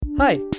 Hi